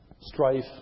strife